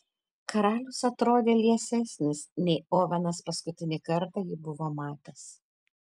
karalius atrodė liesesnis nei ovenas paskutinį kartą jį buvo matęs